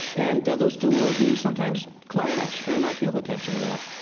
and those two worldviews sometimes clash, and i feel the tension of that.